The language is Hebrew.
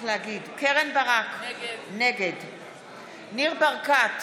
קרן ברק, נגד ניר ברקת,